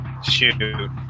shoot